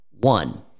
One